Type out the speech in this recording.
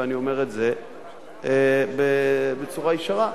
ואני אומר את זה בצורה ישרה.